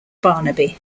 barnaby